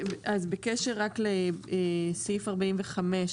בקשר לסעיף 45,